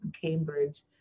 Cambridge